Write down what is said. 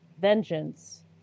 vengeance